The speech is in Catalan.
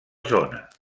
zona